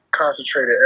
Concentrated